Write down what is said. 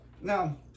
now